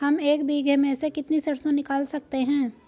हम एक बीघे में से कितनी सरसों निकाल सकते हैं?